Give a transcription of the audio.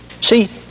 See